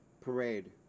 Parade